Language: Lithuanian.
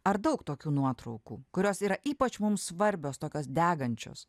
ar daug tokių nuotraukų kurios yra ypač mums svarbios tokios degančios